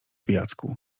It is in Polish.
pijacku